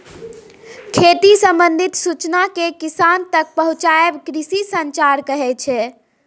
खेती संबंधित सुचना केँ किसान तक पहुँचाएब कृषि संचार कहै छै